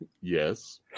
Yes